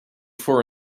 for